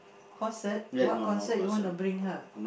concert what concert you want to bring her